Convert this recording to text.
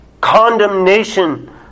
Condemnation